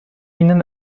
ihnen